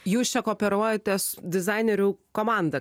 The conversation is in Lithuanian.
jūs čia kooperuojatės dizainerių komanda